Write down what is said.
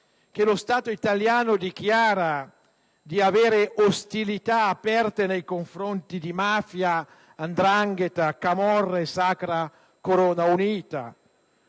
lo Stato italiano ha dichiarato ostilità aperte nei confronti di mafia, 'ndrangheta, camorra e sacra corona unita.